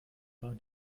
war